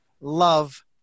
love